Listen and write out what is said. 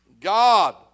God